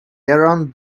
aaron